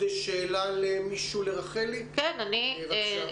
שאלה לרחלי, בבקשה.